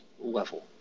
level